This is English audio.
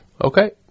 Okay